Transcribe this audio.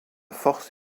force